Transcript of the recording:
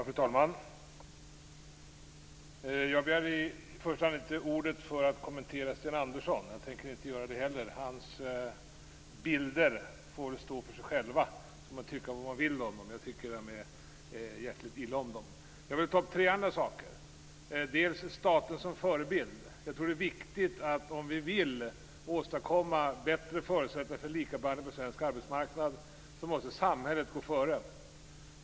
Fru talman! Jag begärde inte ordet för att kommentera Sten Anderssons bilder. Hans bilder får stå för sig själva. Sedan får man tycka vad man vill om dem. Jag tycker jäkligt illa om dem. Jag vill ta upp tre andra frågor. Den första handlar om staten som förebild. Om vi vill åstadkomma bättre förutsättningar för likabehandling på svensk arbetsmarknad måste samhället gå före.